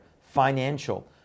financial